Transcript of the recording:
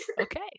Okay